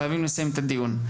חייבים לסיים את הדיון.